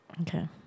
Okay